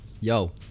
Yo